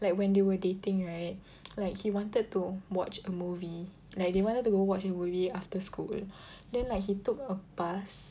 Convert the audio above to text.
like when they were dating right like he wanted to watch a movie like they wanted to go watch a movie after school then like he took a bus